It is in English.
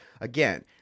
Again